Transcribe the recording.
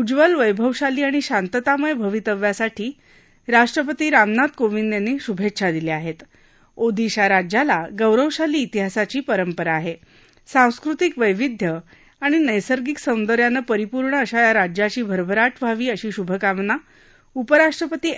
उज्ज्वल वैभवशाली आणि शांततामय भवितव्यासाठी राष्ट्रपती रामनाथ कोविंद यांनी शुभछ्छा दिल्या आहप्ती ओदिशा राज्याला गौरवशाली इतिहासाची परंपरा आहा सांस्कृतिक वैविध्य आणि नैसर्गिक सौंदर्यानं परिपूर्ण अशा या राज्याची भरभराट व्हावी अशी शुभकामना उपराष्ट्रपती एम